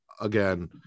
again